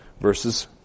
verses